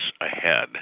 ahead